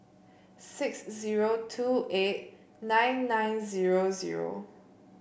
six zero two eight nine nine zero zero